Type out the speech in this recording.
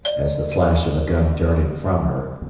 as the flash of a gun darted from her,